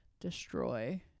destroy